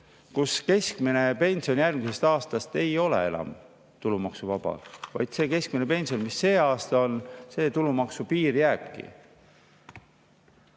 kus keskmine pension järgmisest aastast ei ole enam tulumaksuvaba, vaid keskmise pensioni, mis see aasta on, tulumaksupiir jääbki.